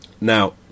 Now